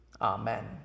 Amen